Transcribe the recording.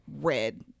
red